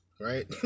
right